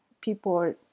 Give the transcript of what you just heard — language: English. people